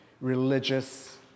religious